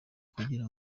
kugira